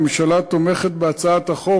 הממשלה תומכת בהצעת החוק.